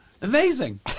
Amazing